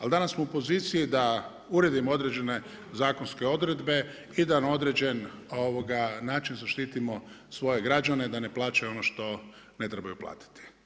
Ali danas smo u poziciji da uredimo određene zakonske odredbe i da na određen način zaštitimo svoje građane da ne plaćaju ono što ne trebaju platiti.